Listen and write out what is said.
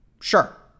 Sure